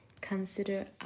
consider